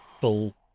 full